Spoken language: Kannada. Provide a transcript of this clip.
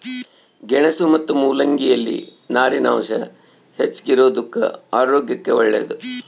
ಗೆಣಸು ಮತ್ತು ಮುಲ್ಲಂಗಿ ಯಲ್ಲಿ ನಾರಿನಾಂಶ ಹೆಚ್ಚಿಗಿರೋದುಕ್ಕ ಆರೋಗ್ಯಕ್ಕೆ ಒಳ್ಳೇದು